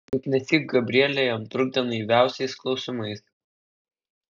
juk nesyk gabrielė jam trukdė naiviausiais klausimais